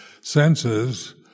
senses